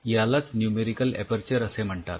यालाच numerical aperture असे म्हणतात